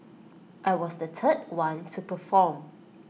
I was the third one to perform